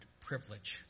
privilege